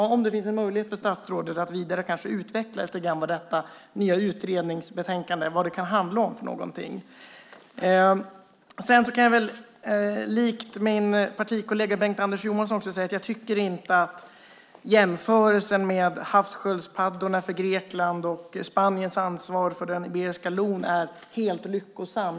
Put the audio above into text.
Finns det en möjlighet för statsrådet att utveckla lite grann vad detta nya utredningsbetänkande kan handla om? Sedan kan jag väl säga, likt min partikollega Bengt-Anders Johansson, att jag inte tycker att jämförelsen med havssköldpaddorna för Grekland och Spaniens ansvar för den iberiska lon är helt lyckosam.